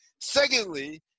Secondly